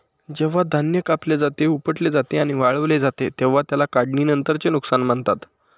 जेव्हा धान्य कापले जाते, उपटले जाते आणि वाळवले जाते तेव्हा त्याला काढणीनंतरचे नुकसान म्हणतात